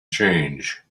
change